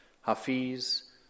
Hafiz